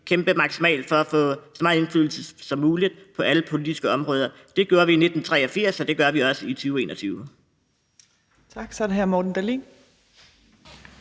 kæmpe maksimalt for at få så meget indflydelse som muligt på alle politiske områder. Det gjorde vi i 1983, og det gør vi også i 2021.